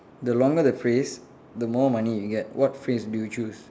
the longer phrase the more money you get what phrase do you choose